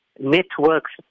networks